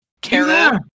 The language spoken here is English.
Carol